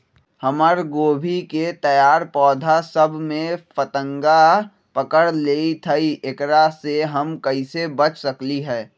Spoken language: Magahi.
हमर गोभी के तैयार पौधा सब में फतंगा पकड़ लेई थई एकरा से हम कईसे बच सकली है?